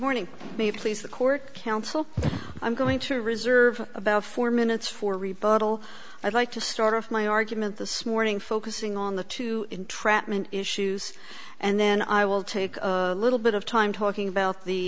morning me please the court counsel i'm going to reserve about four minutes for rebuttal i'd like to start off my argument this morning focusing on the two entrapment issues and then i will take a little bit of time talking